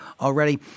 already